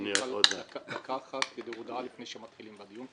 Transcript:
אני מבקש למסור הודעה חשובה לפני שמתחילים בדיון.